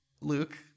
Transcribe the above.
Luke